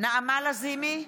נעמה לזימי,